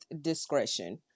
discretion